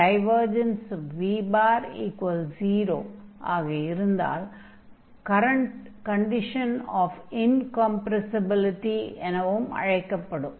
dive v0 div v0 ஆக இருந்தால் current condition of incompressibility எனவும் அழைக்கப்படும்